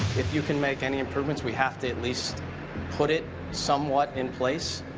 if you can make any improvements, we have to at least put it some what in place.